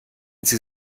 sie